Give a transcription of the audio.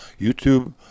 YouTube